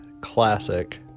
classic